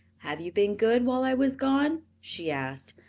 have you been good while i was gone? she asked.